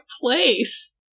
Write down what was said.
place